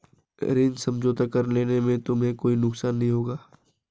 ऋण समझौता कर लेने से तुम्हें कोई नुकसान नहीं होगा